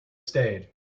stayed